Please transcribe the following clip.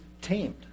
tamed